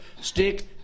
stick